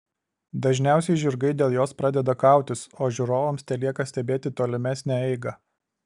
dažniausiai žirgai dėl jos pradeda kautis o žiūrovams telieka stebėti tolimesnę eigą